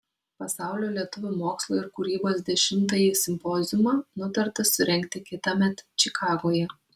pasaulio lietuvių mokslo ir kūrybos dešimtąjį simpoziumą nutarta surengti kitąmet čikagoje